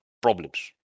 problems